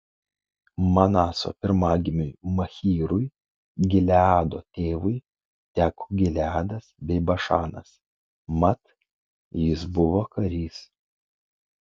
manaso pirmagimiui machyrui gileado tėvui teko gileadas bei bašanas mat jis buvo karys